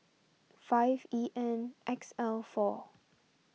five E N X L four